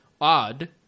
odd